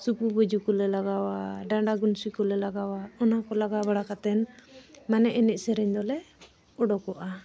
ᱥᱩᱯᱩ ᱵᱟᱡᱩ ᱠᱚᱞᱮ ᱞᱟᱜᱟᱣᱟ ᱰᱟᱸᱰᱟ ᱜᱩᱱᱥᱤ ᱠᱚᱞᱮ ᱞᱟᱜᱟᱣᱟ ᱚᱱᱟ ᱠᱚ ᱞᱟᱜᱟᱣ ᱵᱟᱲᱟ ᱠᱟᱛᱮᱫ ᱢᱟᱱᱮ ᱮᱱᱮᱡᱼᱥᱮᱨᱮᱧ ᱫᱚᱞᱮ ᱩᱰᱩᱠᱚᱜᱼᱟ